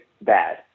bad